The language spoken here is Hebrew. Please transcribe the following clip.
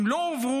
ואם לא הועברו,